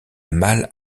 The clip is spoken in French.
mal